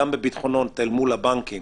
גם בביטחונות אל מול הבנקים